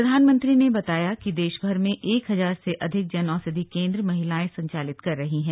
प्रधानमंत्री ने बताया कि देशभर में एक हजार से अधिक जन औषधि केन्द्र महिलाएं संचालित कर रही हैं